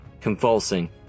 convulsing